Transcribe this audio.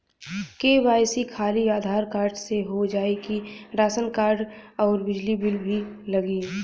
KYC खाली Aadhaar card से हो जाए कि राशन कार्ड अउर बिजली बिल भी लगी?